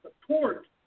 support